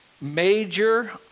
major